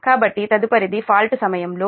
కాబట్టి తదుపరిది ఫాల్ట్ సమయంలో